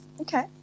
Okay